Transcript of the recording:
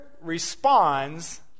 responds